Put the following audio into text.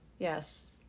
Yes